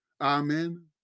Amen